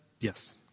Yes